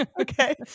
okay